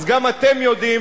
אז גם אתם יודעים,